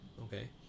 okay